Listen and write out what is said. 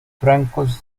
francos